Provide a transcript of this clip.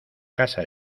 casa